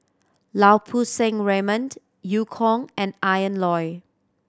Lau Poo Seng Raymond Eu Kong and Ian Loy